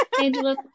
Angela